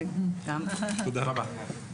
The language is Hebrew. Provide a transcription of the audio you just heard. תודה רבה.